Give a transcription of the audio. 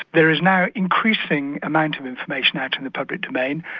there is now increasing amount of information out in the public domain,